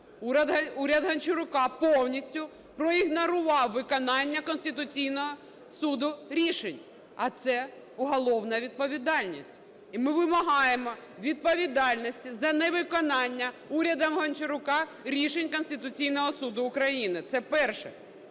уряд Гончарука повністю проігнорував виконання рішень Конституційного Суду. А це кримінальна відповідальність. І ми вимагаємо відповідальності за невиконання урядом Гончарука рішень Конституційного Суду України. Це перше.